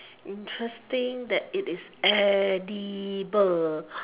interesting that it is edible